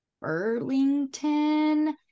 Burlington